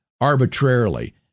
arbitrarily